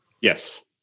Yes